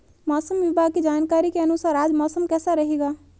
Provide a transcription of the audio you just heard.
मौसम विभाग की जानकारी के अनुसार आज मौसम कैसा रहेगा?